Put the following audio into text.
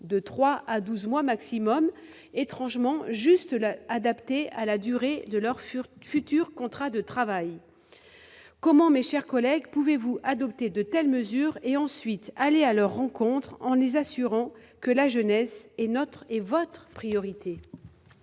à douze mois maximum, étrangement adapté à la durée de leur futur contrat de travail. Comment, mes chers collègues, pouvez-vous adopter de telles mesures et ensuite aller à leur rencontre en les assurant que la jeunesse est votre priorité ?